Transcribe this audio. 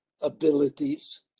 abilities